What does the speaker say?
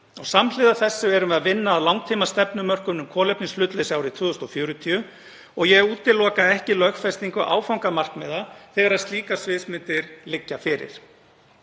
Samhliða þessu erum við að vinna að langtímastefnumörkun um kolefnishlutleysi árið 2040 og ég útiloka ekki lögfestingu áfangamarkmiða þegar slíkar sviðsmyndir liggja fyrir.